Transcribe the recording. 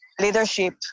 leadership